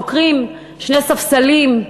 עוקרים שני ספסלים,